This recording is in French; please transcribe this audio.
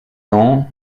non